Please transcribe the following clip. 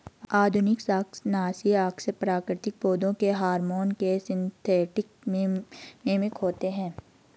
आधुनिक शाकनाशी अक्सर प्राकृतिक पौधों के हार्मोन के सिंथेटिक मिमिक होते हैं